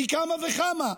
פי כמה וכמה,